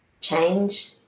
change